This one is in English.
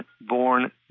born